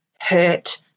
hurt